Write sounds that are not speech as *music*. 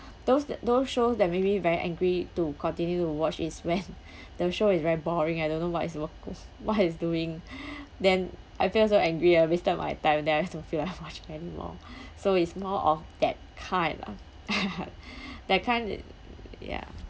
those th~ those shows that made me very angry to continue to watch is when *laughs* the show is very boring I don't know what is wo~ *laughs* what he's doing *breath* then I feel so angry I wasted my time then I have to cannot watch anymore *breath* so it's more of that kind lah *laughs* that kind uh ya